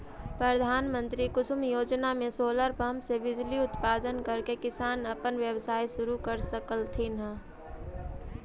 प्रधानमंत्री कुसुम योजना में सोलर पंप से बिजली उत्पादन करके किसान अपन व्यवसाय शुरू कर सकलथीन हे